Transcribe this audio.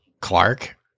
Clark